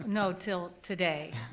no, til today,